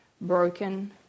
broken